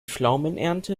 pflaumenernte